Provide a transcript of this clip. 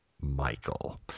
michael